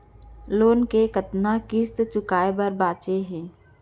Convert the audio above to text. Loan के कतना किस्ती चुकाए बर बांचे हे?